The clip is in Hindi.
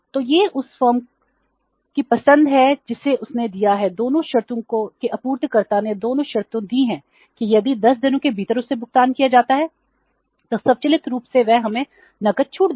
तो यह उस फर्म की पसंद है जिसे उसने दिया है दोनों शर्तों के आपूर्तिकर्ता ने दोनों शर्तें दी हैं कि यदि 10 दिनों के भीतर उसे भुगतान किया जाता है तो स्वचालित रूप से वह हमें नकद छूट देगा